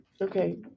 Okay